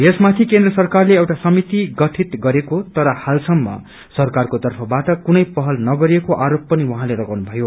यसमाथि केन्द्र सरकारले एउटा समिति गठित गरेको तर हाल सम्म सरकाको तर्फबाट कुनै पहल नगरिएको आरोप पनि उहाँले लगाउनु भयो